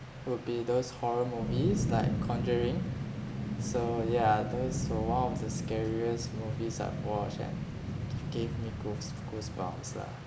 would be those horror movies like conjuring so yeah those were one of the scariest movies I've watched and that gave me goose~ goosebumps lah